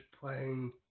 playing